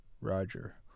Roger